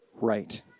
right